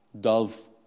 Dove